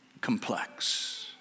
complex